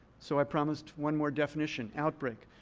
so i promised one more definition, outbreak.